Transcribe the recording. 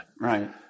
Right